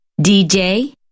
DJ